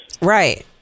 right